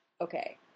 Okay